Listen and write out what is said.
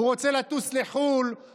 הוא רוצה לטוס לחו"ל,